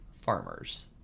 farmers